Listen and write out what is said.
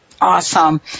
Awesome